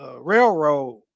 railroad